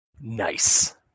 Nice